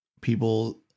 people